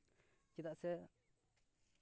ᱪᱮᱫᱟᱜ ᱥᱮ